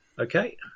Okay